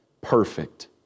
Perfect